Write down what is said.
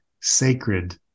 sacred